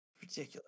Ridiculous